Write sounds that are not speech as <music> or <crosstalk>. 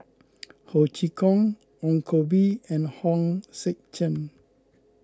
<noise> Ho Chee Kong Ong Koh Bee and Hong Sek Chern